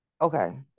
Okay